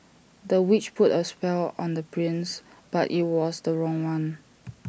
the witch put A spell on the prince but IT was the wrong one